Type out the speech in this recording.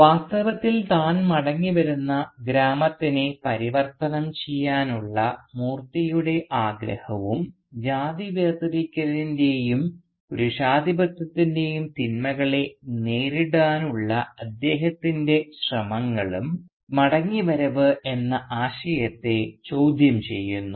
വാസ്തവത്തിൽ താൻ മടങ്ങിവരുന്ന ഗ്രാമത്തിനെ പരിവർത്തനം ചെയ്യാനുള്ള മൂർത്തിയുടെ ആഗ്രഹവും ജാതി വേർതിരിക്കലിൻറെയും പുരുഷാധിപത്യത്തിൻറെയും തിന്മകളെ നേരിടാനുള്ള അദ്ദേഹത്തിൻറെ ശ്രമങ്ങളും മടങ്ങിവരവ് എന്ന ആശയത്തെ ചോദ്യം ചെയ്യുന്നു